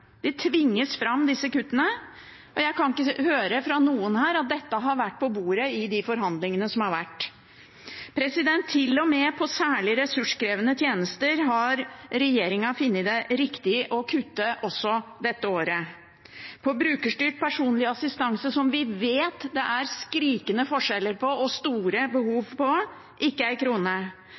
tvinges fram, og jeg kan ikke høre fra noen her at dette har vært på bordet i de forhandlingene som har vært. Til og med for særlig ressurskrevende tjenester har regjeringen funnet det riktig å kutte også dette året: ikke én krone til brukerstyrt personlig assistanse, som vi vet det er skrikende forskjeller på og store behov for, og heller ikke